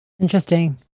Interesting